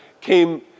came